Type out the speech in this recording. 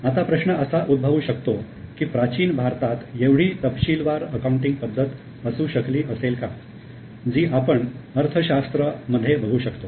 आता प्रश्न असा उद्भवू शकतो की प्राचीन भारतात एवढी तपशीलवार अकाउंटिंग पद्धत असू शकली असेल का जी आपण 'अर्थशास्त्र' मध्ये बघू शकतो